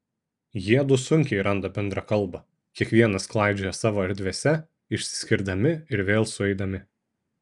jiedu sunkiai randa bendrą kalbą kiekvienas klaidžioja savo erdvėse išsiskirdami ir vėl sueidami